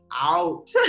out